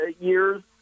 years